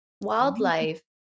wildlife